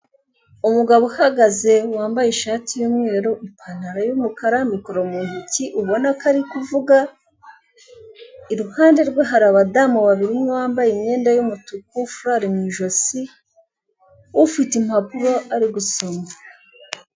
Umugabo uhagaze wambaye ishati y'umweru, ipantalo y'umukara, mikoro mu ntoki, ubona ko ari kuvuga. Iruhande rwe hari abadamu babiri, umwe wambaye imyenda y'umutuku, furari mw'ijosi, ufite impapuro, ari gusoma.